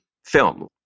film